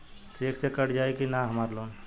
Check से कट जाई की ना हमार लोन?